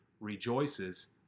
rejoices